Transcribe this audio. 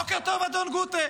בוקר טוב, אדון גוטה.